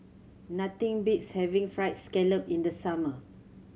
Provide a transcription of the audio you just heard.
nothing beats having Fried Scallop in the summer